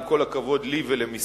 עם כל הכבוד לי ולמשרדי,